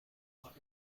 like